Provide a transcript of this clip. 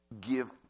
give